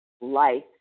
life